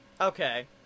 Okay